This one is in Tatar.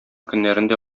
көннәрендә